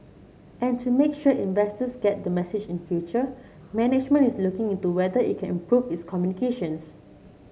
and to make sure investors get the message in future management is looking into whether it can improve its communications